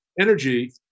energy